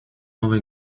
новые